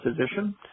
physician